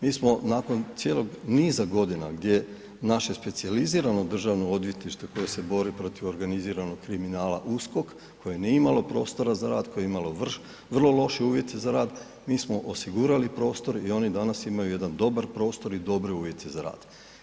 Mi smo nakon cijelog niza godina gdje naše specijalizirano Državno odvjetništvo koje se bori protiv organiziranog kriminala USKOK koje nije imalo prostora za rad, koje je imalo vrlo loše uvjete za rad, mi smo osigurali prostor i oni danas imaju jedan dobar prostor i dobre uvjete za rad.